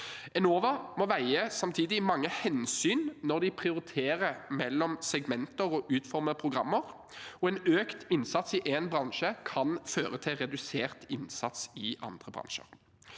Enova må samtidig veie mange hensyn når de prioriterer mellom segmenter og utformer programmer, og økt innsats i én bransje kan føre til redusert innsats i andre bransjer.